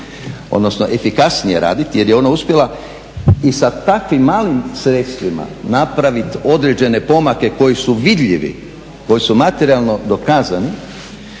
odnosno efikasnije raditi jer je ona uspjela i sa takvim malim sredstvima napraviti određene pomake koji su vidljivi, koji su materijalno dokazani